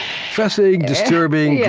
fascinating, disturbing, yeah